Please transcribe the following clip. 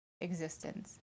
existence